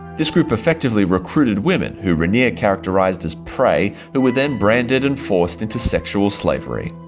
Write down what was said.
this group effectively recruited women who raniere characterised as prey, who were then branded and forced into sexual slavery.